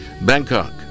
Bangkok